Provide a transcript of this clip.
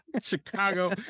Chicago